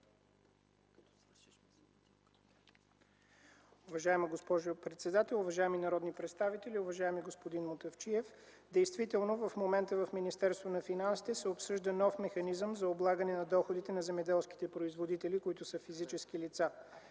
Уважаема госпожо председател, уважаеми народни представители, уважаеми господин Мутафчиев! Действително в момента в Министерството на финансите се обсъжда нов механизъм за облагане на доходите на земеделските производители, които са физически лица.